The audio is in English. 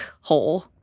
hole